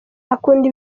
akunda